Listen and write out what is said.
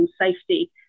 safety